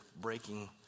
breaking